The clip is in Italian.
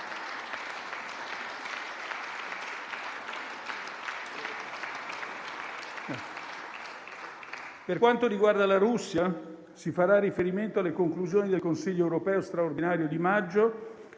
Per quanto riguarda la Russia, si farà riferimento alle conclusioni del Consiglio europeo straordinario di maggio